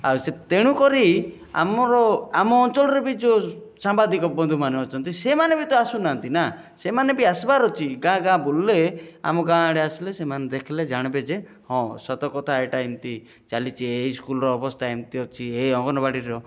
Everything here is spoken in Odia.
ଆଉ ସେ ତେଣୁ କରି ଆମର ଆମ ଅଞ୍ଚଳରେ ବି ଯେଉଁ ସାମ୍ବାଦିକ ବନ୍ଧୁମାନେ ଅଛନ୍ତି ସେମାନେ ବି ତ ଆସୁ ନାହାନ୍ତି ନା ସେମାନେବି ଆସିବାର ଅଛି ଗାଁ ଗାଁ ବୁଲିଲେ ଆମ ଗାଁ ଆଡ଼େ ଆସିଲେ ସେମାନେ ଦେଖିଲେ ଜାଣିବେ ଯେ ହଁ ସତ କଥା ଏଟା ଏମତି ଚାଲିଛି ଏଇ ସ୍କୁଲ୍ର ଅବସ୍ଥା ଏମତି ଅଛି ଏ ଅଙ୍ଗନବାଡ଼ିର